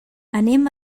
anem